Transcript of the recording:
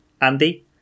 Andy